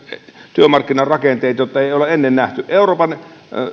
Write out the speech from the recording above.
työmarkkinarakenteet että ei ole ennen nähty euroopan